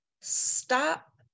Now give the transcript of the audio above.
stop